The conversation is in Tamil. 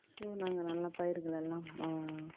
ஸோ நாங்கள் நல்லா பயிர்களெல்லாம்